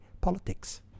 politics